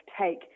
take